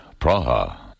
Praha